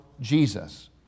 Jesus